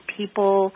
people